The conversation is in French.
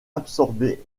absorbé